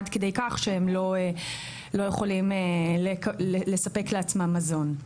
עד כדי כך שהם לא יכולים לספק לעצמם מזון.